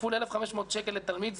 כפול 1,500 שקל לתלמיד,